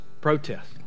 protest